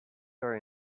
are